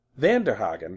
Vanderhagen